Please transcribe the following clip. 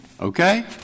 Okay